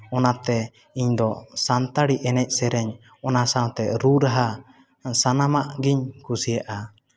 ᱚᱱᱟᱛᱮ ᱤᱧᱫᱚ ᱥᱟᱱᱛᱟᱲᱤ ᱮᱱᱮᱡ ᱥᱮᱨᱮᱧ ᱚᱱᱟ ᱥᱟᱶᱛᱮ ᱨᱩᱼᱨᱟᱦᱟ ᱥᱟᱱᱟᱢᱟᱜ ᱜᱤᱧ ᱠᱩᱥᱤᱭᱟᱜᱼᱟ